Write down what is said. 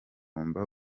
hirindwa